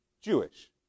Jewish